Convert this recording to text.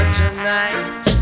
tonight